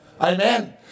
Amen